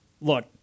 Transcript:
Look